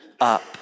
up